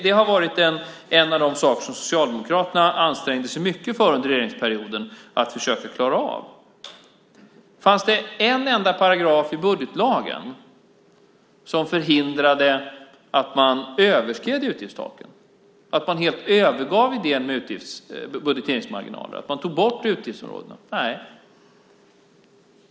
Det var en av de saker som Socialdemokraterna under förra regeringsperioden ansträngde sig mycket för att försöka klara av. Fanns det en enda paragraf i budgetlagen som förhindrade att man överskred utgiftstaken, att man helt övergav idén med budgeteringsmarginaler och att man tog bort utgiftsområdena? Nej.